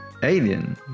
Alien